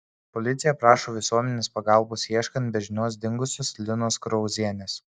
policija prašo visuomenės pagalbos ieškant be žinios dingusios linos krauzienės